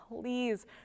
Please